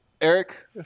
Eric